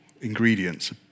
ingredients